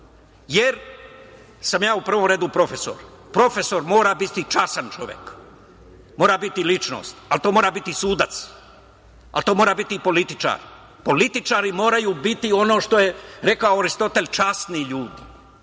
Ja sam u prvom redu profesor, profesor mora biti častan čovek, mora biti ličnost, ali to mora biti sudac. Ali to mora biti i političar. Političari moju biti ono što je rekao Aristotel - časni ljudi,